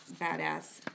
badass